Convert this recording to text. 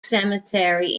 cemetery